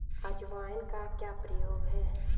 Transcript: अजवाइन का क्या प्रयोग है?